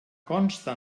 conste